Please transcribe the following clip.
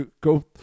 Go